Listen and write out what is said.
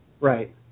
Right